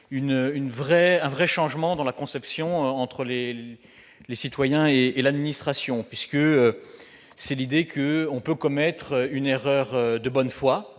d'un vrai changement dans la conception entre les citoyens et l'administration. C'est l'idée que l'on peut évidemment commettre une erreur de bonne foi.